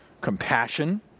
compassion